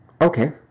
Okay